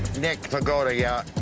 nick, pagoda, yeah?